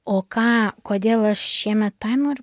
o ką kodėl aš šiemet paėmiau ir